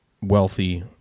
wealthy